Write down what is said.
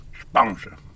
Sponsor